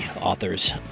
authors